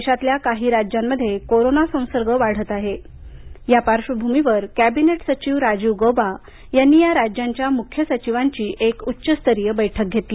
देशातल्या काही राज्यांमध्ये कोरोना संसर्ग वाढत आहे त्या पार्श्वभूमीवर कॅबिनेट सचिव राजीव गौबा यांनी या राज्यांच्या मुख्य सचिवांची एक उच्च स्तरीय बैठक घेतली